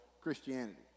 Christianity